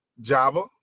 Java